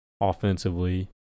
offensively